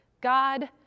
God